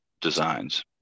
designs